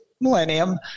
millennium